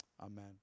Amen